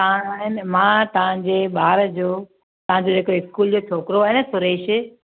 मां आहे न मां तव्हांजे ॿार जो तव्हांजे जेको स्कूल जो छोकिरो आहे न सुरेश